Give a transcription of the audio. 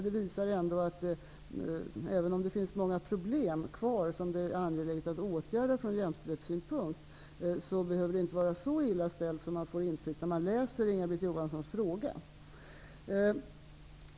Det visar ändock att även om det finns många problem kvar som det är angeläget att åtgärda ur jämställdhetssynpunkt, behöver det inte vara så illa ställt som man får intryck av när man läser Inga-Britt Johanssons fråga.